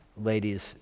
Ladies